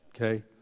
Okay